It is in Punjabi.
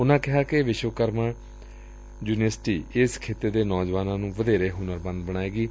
ਉਨਾਂ ਕਿਹਾ ਕਿ ਵਿਸ਼ਵਕਰਮਾ ਯੁਨੀਵਰਸਿਟੀ ਇਸ ਖਿਤੇ ਦੇ ਨੌਜਵਾਨਾਂ ਨੂੰ ਵਧੇਰੇ ਹੁਨਰੰੰਦ ਬਣਾਏਗੀ